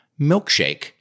milkshake